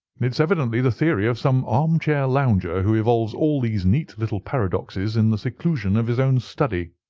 it is evidently the theory of some arm-chair lounger who evolves all these neat little paradoxes in the seclusion of his own study.